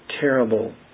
terrible